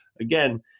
again